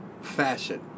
fashion